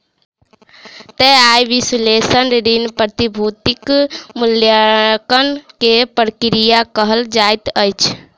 तय आय विश्लेषण ऋण, प्रतिभूतिक मूल्याङकन के प्रक्रिया कहल जाइत अछि